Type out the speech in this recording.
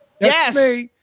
Yes